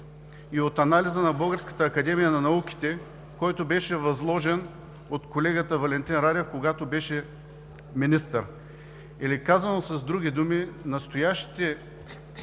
и от анализа на Българската академия на науките, който беше възложен от колегата Валентин Радев, когато беше министър. Или казано с други думи: настоящите